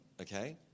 okay